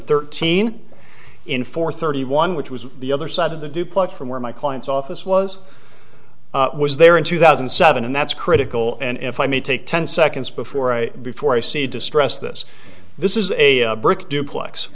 thirteen in four thirty one which was the other side of the duplex from where my client's office was was there in two thousand and seven and that's critical and if i may take ten seconds before i before i see distress this this is a brick duplex